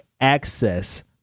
access